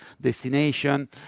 destination